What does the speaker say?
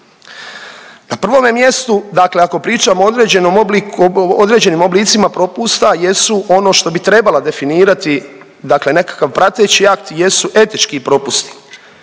Na prvome mjestu dakle ako pričamo o određenim oblicima propusta jesu ono što bi trebala definirati nekakav prateći akt jesu etički propusti